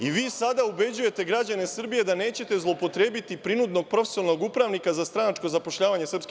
I, vi sada ubeđujete građane Srbije da nećete zloupotrebiti prinudnog profesionalnog upravnika za stranačko zapošljavanje SNS.